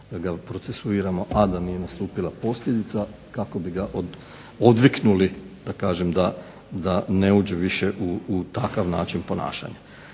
da ga procesuiramo, a da nije nastupila posljedica kako bi ga odviknuli, da kažem da ne uđe više u takav način ponašanja.